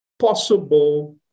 possible